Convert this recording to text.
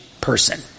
person